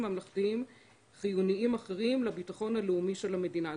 ממלכתיים חיוניים אחרים לביטחון הלאומי של המדינה".